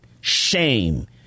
Shame